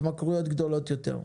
התמכרויות גדולות יותר.